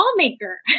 lawmaker